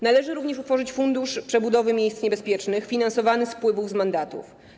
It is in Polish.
Należy również utworzyć fundusz przebudowy miejsc niebezpiecznych finansowany z wpływów z mandatów.